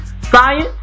Science